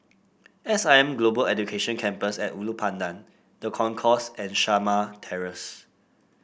S I M Global Education Campus at Ulu Pandan The Concourse and Shamah Terrace